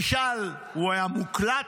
הוא היה מוקלט,